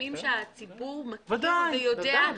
בתשלומים שהציבור מכיר ויודע.